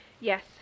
yes